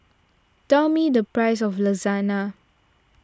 tell me the price of Lasagne